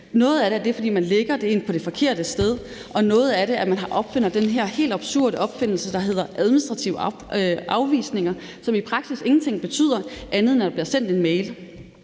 Noget af det er, fordi man lægger det ind på det forkerte sted, og noget af det handler om, at man opfinder den her helt absurde ting, der hedder administrative afvisninger, som i praksis ingenting betyder, andet end at der bliver sendt en mail.